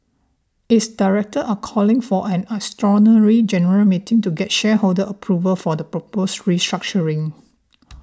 its directors are calling for an extraordinary general meeting to get shareholder approval for the proposed restructuring